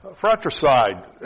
fratricide